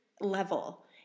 level